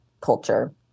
culture